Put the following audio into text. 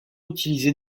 utilisée